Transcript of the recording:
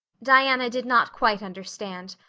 diana did not quite understand.